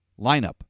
lineup